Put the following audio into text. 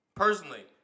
Personally